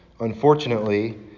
unfortunately